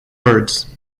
birds